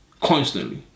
constantly